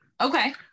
Okay